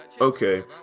Okay